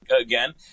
again